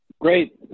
great